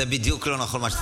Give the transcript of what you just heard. זה בדיוק לא נכון.